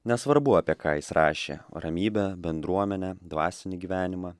nesvarbu apie ką jis rašė ramybę bendruomenę dvasinį gyvenimą